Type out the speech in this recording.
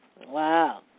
Wow